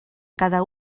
cada